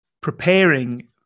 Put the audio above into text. preparing